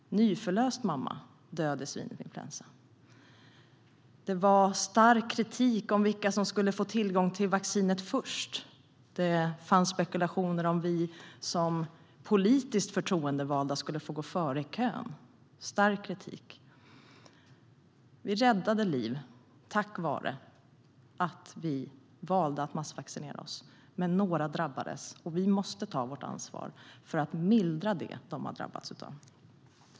Nyförlöst mamma död i svininfluensa. Det fanns en stark kritik angående vilka som skulle få tillgång till vaccinet först. Det fanns spekulationer om att vi som politiskt förtroendevalda skulle få gå före i kön. Det fanns en stark kritik. Vi räddade liv tack vare att vi valde att massvaccinera oss. Men några drabbades, och vi måste ta vårt ansvar för att mildra det som de drabbats av.